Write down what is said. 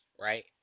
right